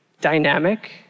dynamic